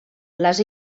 les